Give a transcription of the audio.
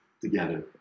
together